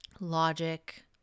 Logic